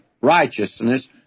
righteousness